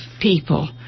people